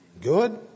good